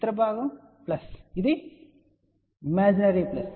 ఇతర భాగం ప్లస్ ఇది ఇమేజినరీ ప్లస్